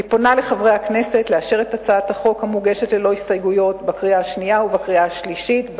אני פונה לחברי הכנסת לאשר בקריאה שנייה ובקריאה שלישית את הצעת החוק,